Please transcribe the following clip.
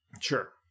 Sure